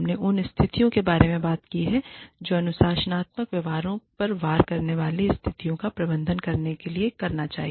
हमने उन स्थितियों के बारे में बात की है जो आपको अनुशासनात्मक व्यवहारों पर वार करने वाली स्थितियों का प्रबंधन करने के लिए करना चाहिए